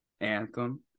anthem